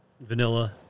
vanilla